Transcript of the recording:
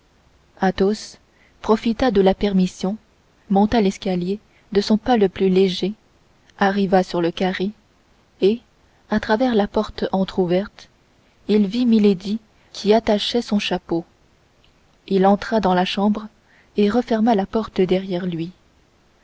chambre athos profita de la permission monta l'escalier de son pas le plus léger arriva sur le carré et à travers la porte entrouverte il vit milady qui attachait son chapeau il entra dans la chambre et referma la porte derrière lui